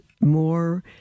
more